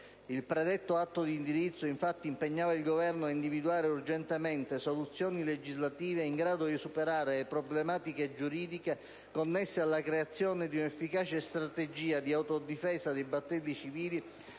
Il predetto atto di indirizzo, infatti, impegnava il Governo ad individuare urgentemente soluzioni legislative in grado di superare le problematiche giuridiche connesse alla creazione di un'efficace strategia di autodifesa dei battelli civili